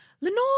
Lenore